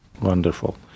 Wonderful